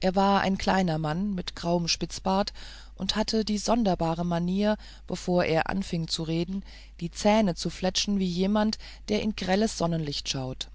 er war ein kleiner mann mit grauem spitzbart und hatte die sonderbare manier bevor er anfing zu reden die zähne zu fletschen wie jemand der in grelles sonnenlicht schaut